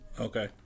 Okay